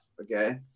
okay